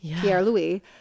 Pierre-Louis